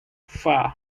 fur